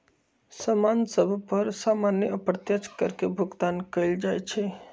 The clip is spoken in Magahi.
समान सभ पर सामान्य अप्रत्यक्ष कर के भुगतान कएल जाइ छइ